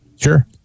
Sure